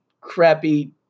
crappy